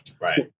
Right